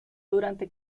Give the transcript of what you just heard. durante